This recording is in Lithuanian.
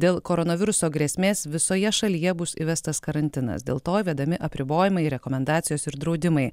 dėl koronaviruso grėsmės visoje šalyje bus įvestas karantinas dėl to įvedami apribojimai rekomendacijos ir draudimai